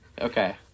okay